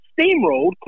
steamrolled